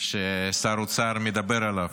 ששר האוצר מדבר עליו.